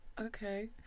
Okay